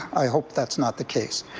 i hope that's not the case.